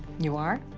you are?